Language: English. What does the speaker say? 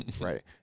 right